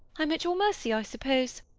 i'm at your mercy i sup pose.